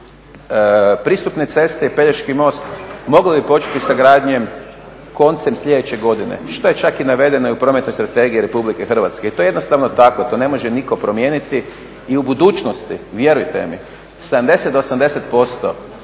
pristupne ceste i Pelješki most mogli bi početi sa gradnjom koncem sljedeće godine što je čak i navedeno u Prometnoj strategiji Republike Hrvatske i to je jednostavno tako, to ne može nitko promijeniti. I u budućnosti, vjerujte mi, 70